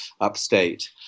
upstate